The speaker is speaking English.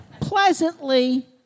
Pleasantly